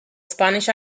spanish